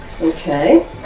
Okay